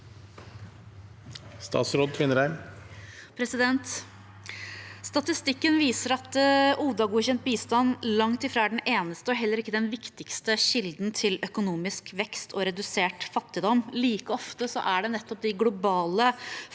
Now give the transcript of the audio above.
Statistikken viser at ODA-godkjent bistand langt ifra er den eneste og heller ikke den viktigste kilden til økonomisk vekst og redusert fattigdom. Like ofte er det nettopp de globale